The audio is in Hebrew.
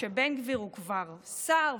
כשבן גביר הוא כבר שר,